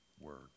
word